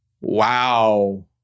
Wow